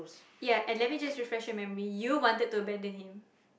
ya and let me just refresh your memory you wanted to abandon him